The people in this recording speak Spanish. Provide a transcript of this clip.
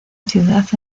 ciudad